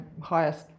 highest